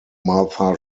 martha